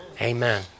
Amen